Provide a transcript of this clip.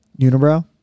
Unibrow